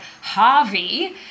Harvey